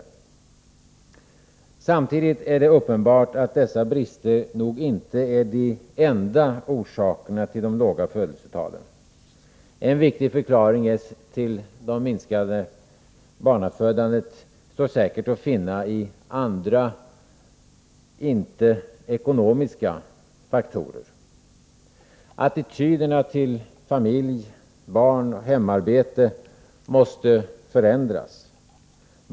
Nr 71 Samtidigt är det uppenbart att dessa brister nog inte är de enda orsakerna Onsdagen den till de låga födelsetalen. En viktig förklaring till det minskade barnafödandet 1 februari 1984 står säkert att finna i andra, icke-ekonomiska faktorer. Attityderna till familj, barn och hemarbete måste förändras.